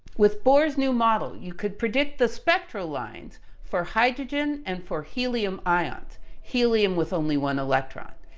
with bohr's new model, you could predict the spectral lines for hydrogen and for helium ions helium with only one electron.